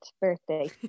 birthday